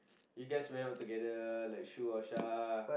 you guys went out together like Shu or Shah